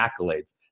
accolades